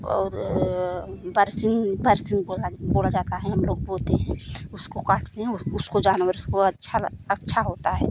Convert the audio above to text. और बर्शिम बर्शिम को बोया जाता हम लोग बोते हैं उसको काटते हैं उसको जानवर को अच्छा ला अच्छा होता है